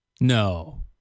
No